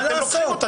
מה לעשות.